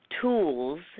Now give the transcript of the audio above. tools